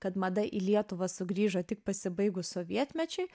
kad mada į lietuvą sugrįžo tik pasibaigus sovietmečiui